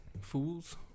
fools